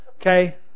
Okay